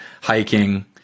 hiking